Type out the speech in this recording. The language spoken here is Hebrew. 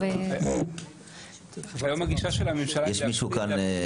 היום, הגישה של הממשלה ולא רק של הממשלה הזו,